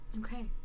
Okay